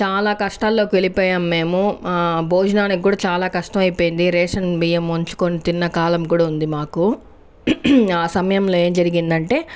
చాలా కష్టాల్లోకి వెళ్ళిపోయాము మేము భోజనానికి కూడా చాలా కష్టమైపోయింది రేషన్ బియ్యం వంచుకుని తిన్న కాలం కూడా ఉంది మాకు ఆ సమయంలో ఏం జరిగిందంటే